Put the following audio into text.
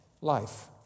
life